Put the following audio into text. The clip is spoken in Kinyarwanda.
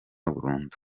burundu